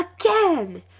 again